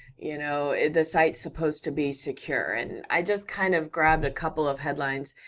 you know the site's supposed to be secure. and i just kind of grabbed a couple of headlines,